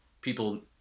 people